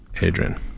Adrian